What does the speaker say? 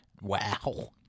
Wow